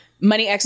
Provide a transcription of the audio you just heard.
money